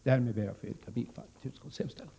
Därmed yrkar jag bifall till utskottets hemställan.